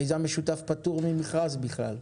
מיזם משותף פטור ממכרז בכלל,